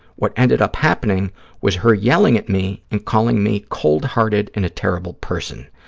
what ended up happening was her yelling at me and calling me cold-hearted and a terrible person.